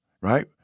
right